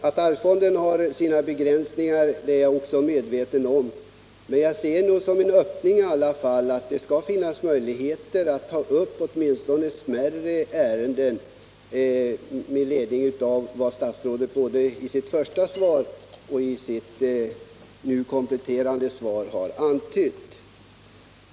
Att arvsfonden har sina begränsningar är jag också medveten om, men med ledning av vad statsrådet har antytt både i sitt första svar och i det kompletterande svaret ser jag det som möjligt att ta upp åtminstone smärre ärenden.